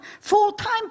full-time